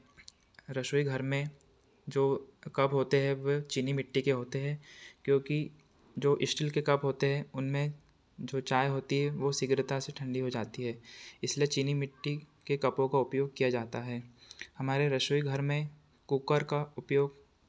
रसोई घर में जो कप होते हैं वे चीनी मिट्टी के होते हैं क्योंकि जो इस्टील के कप होते हैं उनमें जो चाय होती है वह शीघ्रता से ठंडी हो जाती है इसलिए चीनी मिट्टी के कपो का उपयोग किया जाता है हमारे रसोई घर में कूकर का उपयोग